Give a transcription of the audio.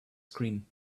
screen